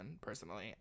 Personally